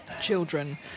children